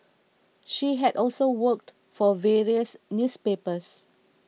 she had also worked for various newspapers